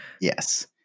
Yes